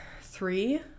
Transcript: three